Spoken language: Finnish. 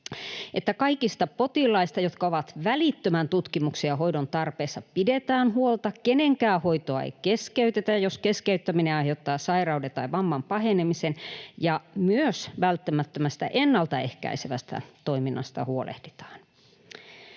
että kaikista potilaista, jotka ovat välittömän tutkimuksen ja hoidon tarpeessa, pidetään huolta, kenenkään hoitoa ei keskeytetä, jos keskeyttäminen aiheuttaa sairauden tai vamman pahenemisen, ja myös välttämättömästä ennalta ehkäisevästä toiminnasta huolehditaan.